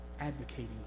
advocating